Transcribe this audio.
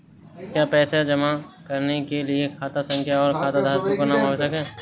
क्या पैसा जमा करने के लिए खाता संख्या और खाताधारकों का नाम आवश्यक है?